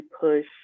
push